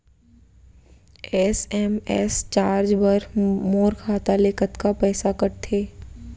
SMS charge बर मोर खाता ले कतका पइसा कटथे?